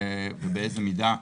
ובאיזה מידה,